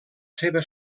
seva